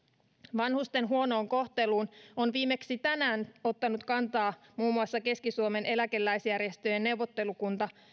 vanhusten huonoon kohteluun on viimeksi tänään ottanut kantaa muun muassa keski suomen eläkeläisjärjestöjen neuvottelukunta